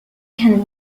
can